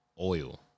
oil